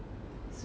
so